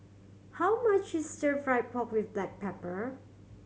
how much is Stir Fried Pork With Black Pepper